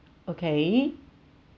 okay